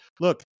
Look